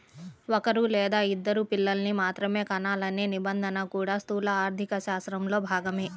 ఒక్కరూ లేదా ఇద్దరు పిల్లల్ని మాత్రమే కనాలనే నిబంధన కూడా స్థూల ఆర్థికశాస్త్రంలో భాగమే